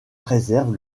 préserve